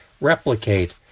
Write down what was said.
replicate